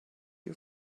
you